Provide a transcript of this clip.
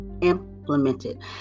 implemented